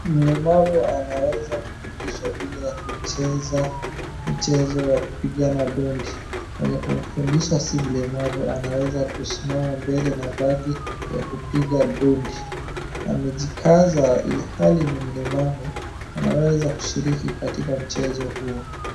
Mlemavu anaweza kufundishwa vile ya kucheza mchezo wa kupigana dondi. Anapomfundisha si mlemavu anaweza kusimama mbele na bagi ya kupiga dondi. Amejikaza ilhali ni mlemavu anaweza kushiriki katika mchezo huo.